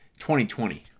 2020